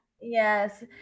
Yes